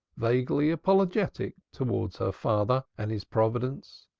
vaguely apologetic towards her father and his providence.